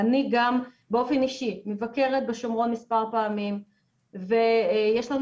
אני גם באופן אישי מבקרת בשומרון כבר מספר פעמים ויש לנו